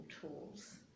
tools